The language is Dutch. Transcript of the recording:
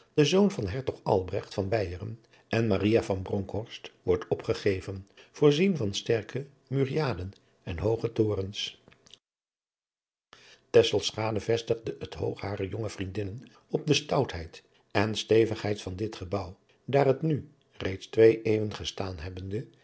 de zoon van hertog albrecht van beijeren en maria van bronkhorst wordt opgegeven voorzien adriaan loosjes pzn het leven van hillegonda buisman van sterke muraadjen en hooge torens tesselschade vestigde het oog harer jonge vriendinnen op de stoutheid en stevigheid van dit gebouw daar het nu reeds twee eeuwen gestaan hebbende